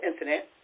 incident